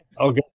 Okay